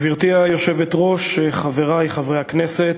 גברתי היושבת-ראש, חברי חברי הכנסת,